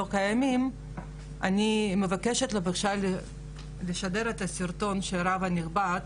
קיימים אני מבקשת לשדר את הסרטון של הרב הנכבד,